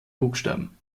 buchstaben